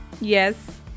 Yes